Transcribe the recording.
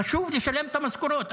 חשוב לשלם את המשכורות.